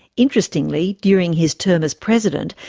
interestingly, during his term as president,